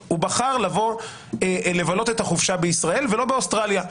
הוא בחר לבוא לבלות את החופשה בישראל ולא באוסטרליה.